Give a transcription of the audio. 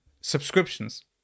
subscriptions